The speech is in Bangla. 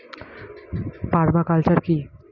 পার্মা কালচার কি?